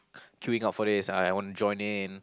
queuing up for this uh I want join in